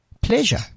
pleasure